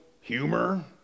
humor